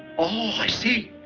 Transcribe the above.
oh, i see.